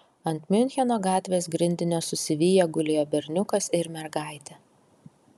ant miuncheno gatvės grindinio susiviję gulėjo berniukas ir mergaitė